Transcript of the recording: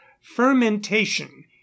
fermentation